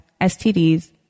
STDs